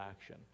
action